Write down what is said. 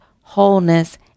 wholeness